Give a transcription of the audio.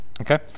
Okay